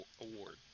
award